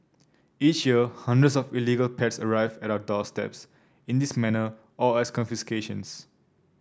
each year hundreds of illegal pets arrive at our doorsteps in this manner or as confiscations